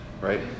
right